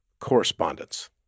correspondence